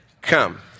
Come